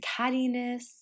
cattiness